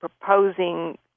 proposing